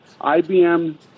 IBM